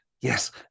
yes